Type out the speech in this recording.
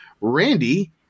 Randy